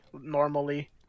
normally